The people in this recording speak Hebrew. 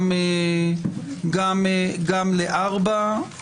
גם ל-(4).